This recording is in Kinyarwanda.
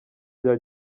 bya